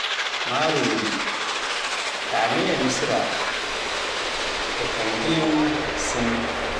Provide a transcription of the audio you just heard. Marori, Ta'ameya Misra, Chinese Tangyuan